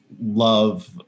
love